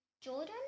Jordan